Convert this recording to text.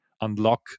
unlock